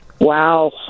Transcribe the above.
Wow